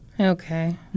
Okay